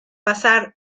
pasar